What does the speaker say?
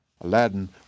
Aladdin